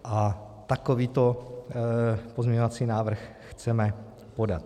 A takovýto pozměňovací návrh chceme podat.